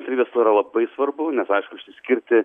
savybės tai yra labai svarbu nes aišku išsiskirti